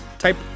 Type